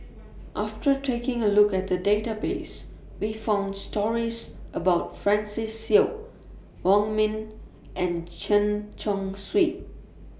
after taking A Look At The Database We found stories about Francis Seow Wong Ming and Chen Chong Swee